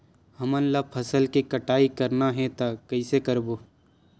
हमन ला फसल के कटाई करना हे त कइसे करबो?